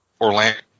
Orlando